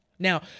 Now